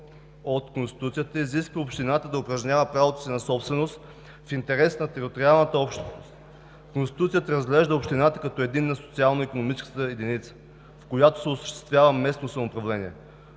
от Конституцията изисква общината да упражнява правото си на собственост в интерес на териториалната общност. Конституцията разглежда общината като единна социално-икономическа единица, в която се осъществява местно самоуправление.